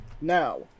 Now